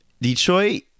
Detroit